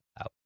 out